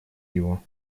его